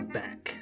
back